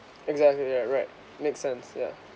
exactly that right make sense ya